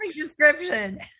description